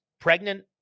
pregnant